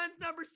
number